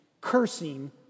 cursing